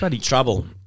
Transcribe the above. Trouble